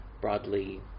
broadly